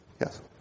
Yes